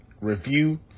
review